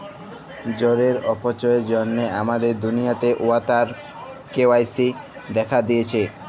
জলের অপচয়ের জ্যনহে আমাদের দুলিয়াতে ওয়াটার কেরাইসিস্ দ্যাখা দিঁয়েছে